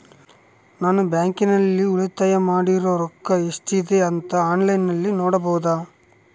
ನಾನು ಬ್ಯಾಂಕಿನಲ್ಲಿ ಉಳಿತಾಯ ಮಾಡಿರೋ ರೊಕ್ಕ ಎಷ್ಟಿದೆ ಅಂತಾ ಆನ್ಲೈನಿನಲ್ಲಿ ನೋಡಬಹುದಾ?